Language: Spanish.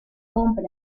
compra